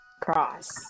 Cross